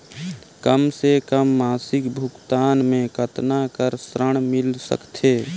कम से कम मासिक भुगतान मे कतना कर ऋण मिल सकथे?